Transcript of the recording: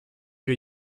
wir